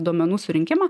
duomenų surinkimą